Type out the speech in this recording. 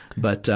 but,